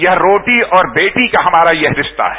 यह रोटी और बेटी का हमारा यह रिश्ता है